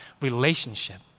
relationship